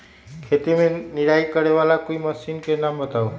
खेत मे निराई करे वाला कोई मशीन के नाम बताऊ?